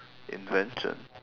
invention